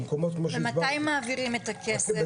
כמו --- ומתי מעבירים את הכסף?